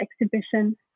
exhibition